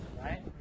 right